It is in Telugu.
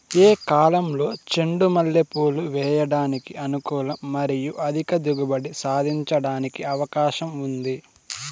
ఏ కాలంలో చెండు మల్లె పూలు వేయడానికి అనుకూలం మరియు అధిక దిగుబడి సాధించడానికి అవకాశం ఉంది?